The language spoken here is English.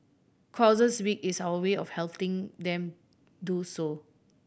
causes week is our way of helping them do so